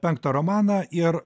penktą romaną ir